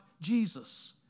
Jesus